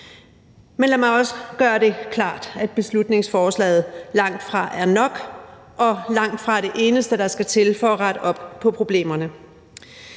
men lad mig også gøre det klart, at beslutningsforslaget langtfra er nok og langtfra er det eneste, der skal til for at rette op på problemerne.